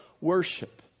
worship